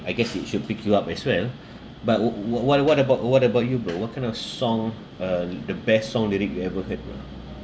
I guess it should pick you up as well but uh wh~ what uh what about what about you bro what kind of song uh the best song lyric you ever heard bro